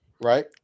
right